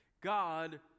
God